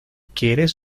quieres